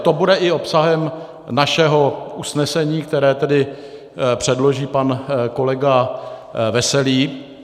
To bude i obsahem našeho usnesení, které předloží pan kolega Veselý.